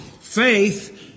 Faith